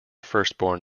firstborn